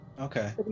Okay